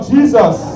Jesus